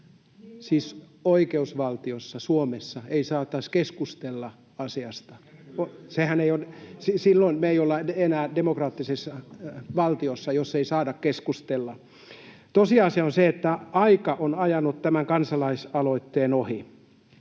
Siis oikeusvaltiossa, Suomessa, ei saataisi keskustella asiasta. Silloin me ei olla enää demokraattisessa valtiossa, jos ei saada keskustella. Tosiasia on se, että aika on ajanut tämän kansalaisaloitteen ohi.